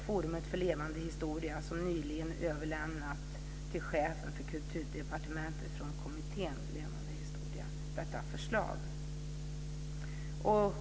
Kommittén för levande historia har nyligen överlämnat detta förslag till chefen för Kulturdepartementet.